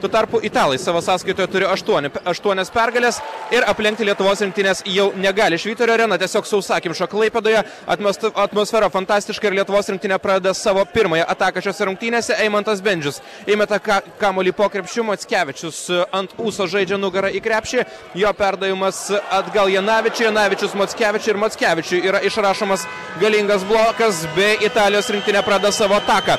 tuo tarpu italai savo sąskaitoje turi aštuoni aštuonias pergales ir aplenkti lietuvos rinktinės jau negali švyturio arena tiesiog sausakimša klaipėdoje atmesta atmosfera fantastiška ir lietuvos rinktinė pradeda savo pirmąją ataką šiose rungtynėse eimantas bendžius įmeta ka kamuolį po krepšiu mockevičius ant ūso žaidžia nugara į krepšį jo perdavimas atgal janavičiui anavičius mackevičiui ir mackevičiui yra išrašomas galingas blokas bei italijos rinktinė pradeda savo taką